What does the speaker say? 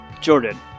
Jordan